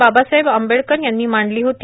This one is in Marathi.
बाबासाहेब आंबेडकर यांनी मांडली होती